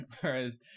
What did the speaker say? Whereas